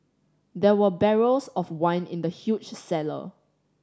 there were barrels of wine in the huge cellar